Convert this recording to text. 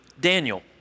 Daniel